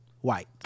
white